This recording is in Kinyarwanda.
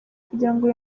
kugirango